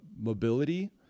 mobility